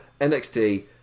NXT